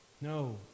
No